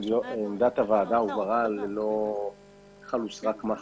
עמדת הוועדה הובהרה ללא כחל וסרק.